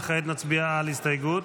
וכעת נצביע על הסתייגות?